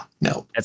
no